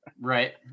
right